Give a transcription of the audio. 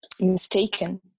mistaken